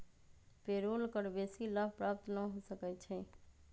payroll कर बेशी लाभ प्राप्त न हो सकै छइ